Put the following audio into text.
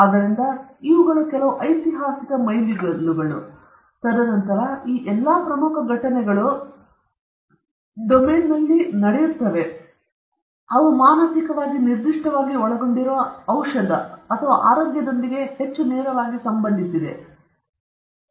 ಆದ್ದರಿಂದ ಇವುಗಳು ಕೆಲವು ಐತಿಹಾಸಿಕ ಮೈಲಿಗಲ್ಲುಗಳು ತದನಂತರ ನಂತರ ಈ ಎಲ್ಲಾ ಪ್ರಮುಖ ಘಟನೆಗಳು ಡೊಮೇನ್ನಲ್ಲಿ ನಡೆಯುತ್ತವೆ ಅಥವಾ ಅವು ಮಾನಸಿಕವಾಗಿ ನಿರ್ದಿಷ್ಟವಾಗಿ ಒಳಗೊಂಡಿರುವ ಔಷಧ ಅಥವಾ ಆರೋಗ್ಯದೊಂದಿಗೆ ಹೆಚ್ಚು ನೇರವಾಗಿ ಸಂಬಂಧಿಸಿವೆ ಎಂದು ನಾವು ನೋಡಬಹುದು